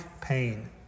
pain